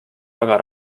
väga